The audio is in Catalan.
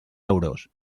euros